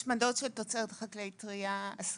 השמדות של תוצרת חקלאית טרייה אסורות.